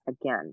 again